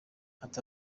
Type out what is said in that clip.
ati